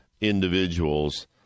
individuals